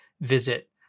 visit